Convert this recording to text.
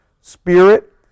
spirit